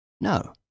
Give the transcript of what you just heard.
No